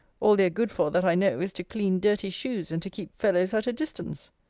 all they're good for, that i know, is to clean dirty shoes, and to keep fellows at a distance.